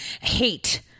hate